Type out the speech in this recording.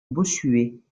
bossuet